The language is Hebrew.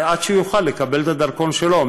עד שהוא יוכל לקבל את הדרכון שלו.